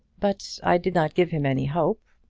but i did not give him any hope.